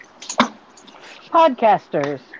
Podcasters